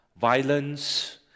Violence